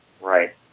Right